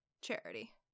charity